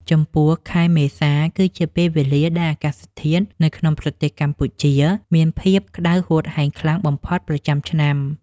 ចំពោះ ខែមេសាគឺជាពេលវេលាដែលអាកាសធាតុនៅក្នុងប្រទេសកម្ពុជាមានភាពក្តៅហួតហែងខ្លាំងបំផុតប្រចាំឆ្នាំ។